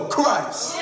Christ